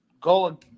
go